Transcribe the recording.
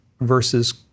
versus